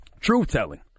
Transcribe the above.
truth-telling